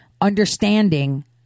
understanding